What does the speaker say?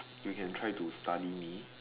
you can try to study me